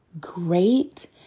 great